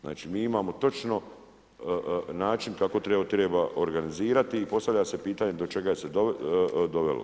Znači, mi imamo točno način kako treba organizirati i postavlja se pitanje do čega se dovelo.